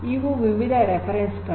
ಇವು ವಿವಿಧ ಉಲ್ಲೇಖಗಳು